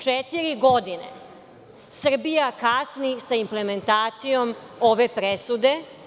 Četiri godine Srbija kasni sa implementacijom ove presude.